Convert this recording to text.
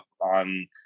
on